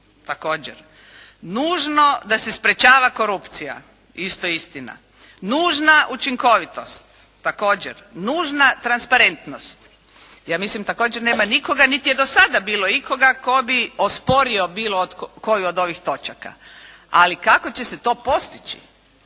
također. Nužno da se sprječava korupcija, isto istina. Nužna učinkovitost, također. Nužna transparentnost. Ja mislim također nema nikoga, niti je do sada bilo ikoga tko bi osporio bilo koju od ovih točaka. Ali kako će se to postići?